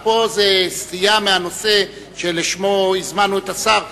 אבל זו סטייה מהנושא שלשמו הזמנו את השר.